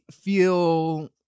feel